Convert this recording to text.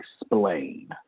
explain